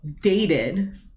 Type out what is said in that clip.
dated